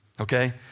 okay